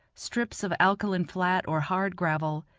strips of alkaline flat or hard gravel,